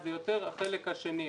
זה יותר החלק השני.